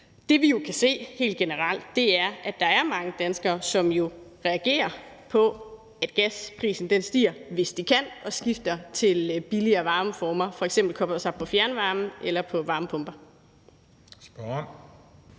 Det, vi jo kan se helt generelt, er, at der er mange danskere, som reagerer på, at gasprisen stiger, hvis de kan, og skifter til billigere varmeformer, f.eks. kobler sig på fjernvarme eller på varmepumper.